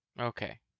Okay